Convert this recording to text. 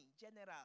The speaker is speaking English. General